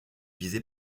visée